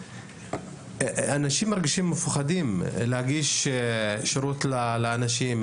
אנשים מרגישים מפוחדים להגיש שירות לאנשים,